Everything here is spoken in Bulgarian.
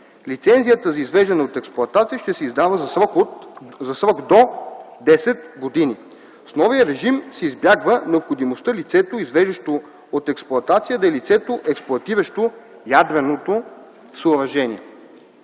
Лицензията за извеждане от експлоатация ще се издава за срок до 10 години. С новия режим се избягва необходимостта лицето, извеждащо от експлоатация, да е лицето, експлоатиращо ядреното съоръжение.